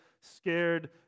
scared